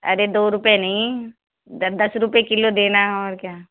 अरे दो रुपए नहीं दस दस रुपए किलो देना और क्या